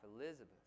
Elizabeth